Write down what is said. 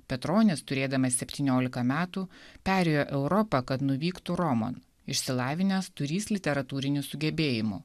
petronis turėdamas septyniolika metų perėjo europą kad nuvyktų romon išsilavinęs turįs literatūrinių sugebėjimų